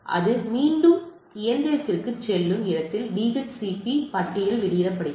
அது மீண்டும் அந்த இயந்திரத்திற்குச் செல்லும் இடத்தில் DHCP பட்டியல் வெளியிடப்படுகிறது